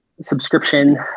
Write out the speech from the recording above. subscription